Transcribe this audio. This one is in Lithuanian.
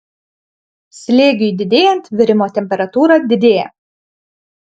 slėgiui didėjant virimo temperatūra didėja